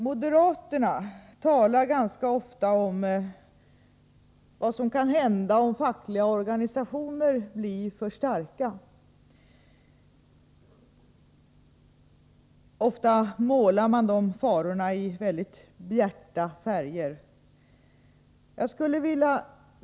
Moderaterna talar ganska ofta om vad som kan hända om fackliga organisationer blir för starka. Ofta målar man de farorna i mycket bjärta färger.